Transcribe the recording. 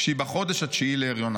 כשהיא בחודש התשיעי להריונה.